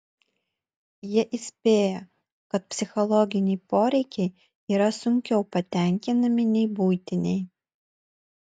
jie įspėja kad psichologiniai poreikiai yra sunkiau patenkinami nei buitiniai